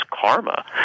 karma